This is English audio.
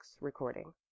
recording